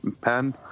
pen